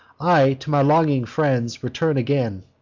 i to my longing friends return again,